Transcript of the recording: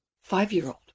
five-year-old